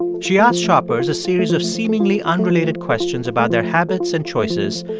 and she asked shoppers a series of seemingly unrelated questions about their habits and choices,